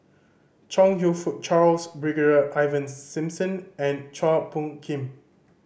Chong You Fook Charles Brigadier Ivan Simson and Chua Phung Kim